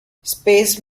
space